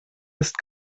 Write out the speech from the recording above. ist